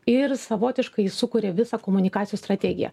ir savotiškai jis sukuria visą komunikacijų strategiją